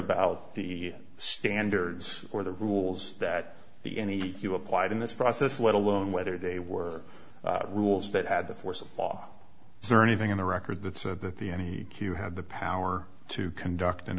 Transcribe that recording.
about the standards or the rules that the any you applied in this process let alone whether they were rules that had the force of law is there anything in the record that said that the any q had the power to conduct an